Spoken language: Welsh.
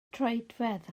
troedfedd